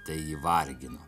tai jį vargino